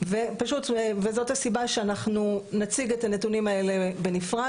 ופשוט וזאת הסיבה שאנחנו נציג את הנתונים האלה בנפרד,